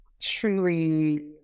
Truly